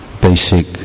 basic